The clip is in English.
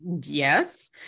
yes